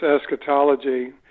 eschatology